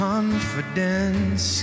confidence